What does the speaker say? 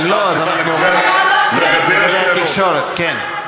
אם לא, אנחנו עוברים, לגבי, לגבי התקשורת, כן.